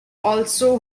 also